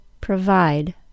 Provide